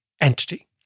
entity